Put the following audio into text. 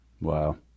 Wow